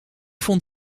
vond